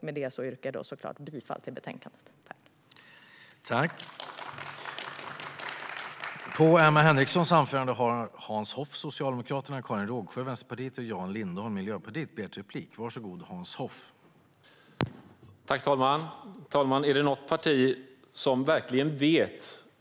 Med detta yrkar jag bifall till utskottets förslag.